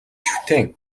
шүтээн